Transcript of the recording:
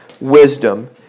wisdom